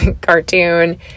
cartoon